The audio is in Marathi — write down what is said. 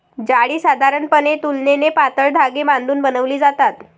जाळी साधारणपणे तुलनेने पातळ धागे बांधून बनवली जातात